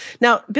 Now